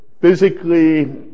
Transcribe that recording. physically